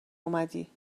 اومدی